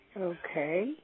Okay